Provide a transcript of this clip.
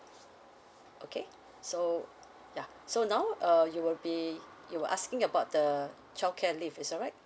okay so ya so now uh you will be you asking about the childcare leave is alright